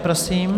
Prosím.